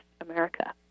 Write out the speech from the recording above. America